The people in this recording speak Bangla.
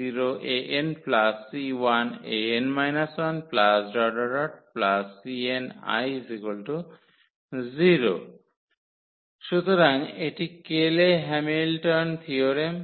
𝑐0𝐴𝑛 𝑐1 𝐴𝑛−1 ⋯ 𝑐𝑛 𝐼 0 সুতরাং এটি কেলে হ্যামিল্টন থিয়োরেম